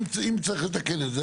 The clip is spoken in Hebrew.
אם צריך לתקן את זה,